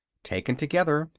taken altogether,